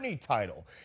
title